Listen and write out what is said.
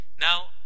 now